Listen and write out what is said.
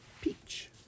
peach